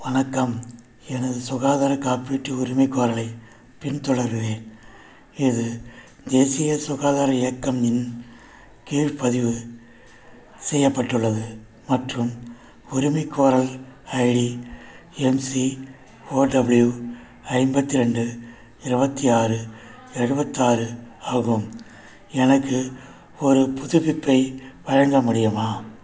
வணக்கம் எனது சுகாதார காப்பீட்டு உரிமைக்கோரலை பின் தொடர்கிறேன் இது தேசிய சுகாதர இயக்கம் இன் கீழ் பதிவு செய்யப்பட்டுள்ளது மற்றும் உரிமைக்கோரல் ID M C O W ஐம்பத்தி ரெண்டு இருவத்தி ஆறு எழுபத்து ஆறு ஆகும் எனக்கு ஒரு புதுப்பிப்பை வழங்க முடியுமா